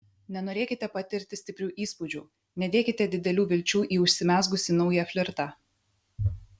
nenorėkite patirti stiprių įspūdžių nedėkite didelių vilčių į užsimezgusį naują flirtą